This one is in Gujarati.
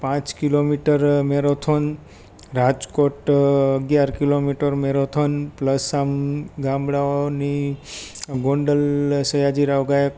પાંચ કિલો મીટર મેરોથોન રાજકોટ અગયાર કિલો મીટર મેરોથોન પ્લસ આમ ગામડાઓની ગોંડલ હસે અજીરાવ ગાયબ